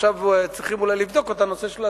עכשיו צריכים אולי לבדוק את הנושא של,